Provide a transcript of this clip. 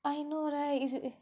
I know right it's w~